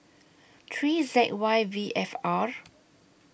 three Z Y V F R